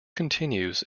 continues